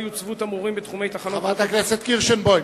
חברת הכנסת קירשנבאום.